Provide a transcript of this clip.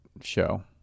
show